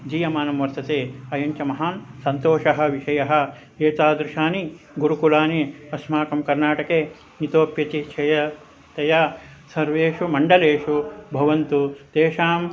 दीयमानं वर्तते अयं च महान् सन्तोषः विषयः एतादृशानि गुरुकुलानि अस्माकं कर्णाटके इतोप्यतिषयतया सर्वेषु मण्डलेषु भवन्तु तेषाम्